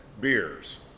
beers